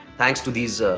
thanks to these, ah